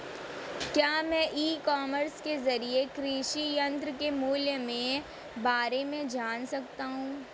क्या मैं e commerce के ज़रिए कृषि यंत्र के मूल्य में बारे में जान सकता हूँ?